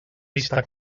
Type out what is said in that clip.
vista